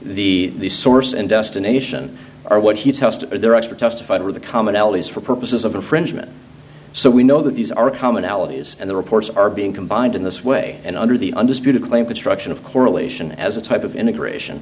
the source and destination are what he test their expert testified to the commonalities for purposes of infringement so we know that these are commonalities and the reports are being combined in this way and under the undisputed claim construction of correlation as a type of integration